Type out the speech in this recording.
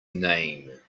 name